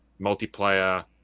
multiplayer